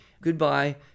goodbye